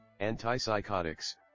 Antipsychotics